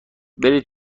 برید